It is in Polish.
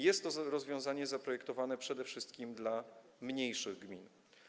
Jest to rozwiązanie zaprojektowane przede wszystkim dla mniejszych gmin.